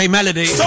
Melody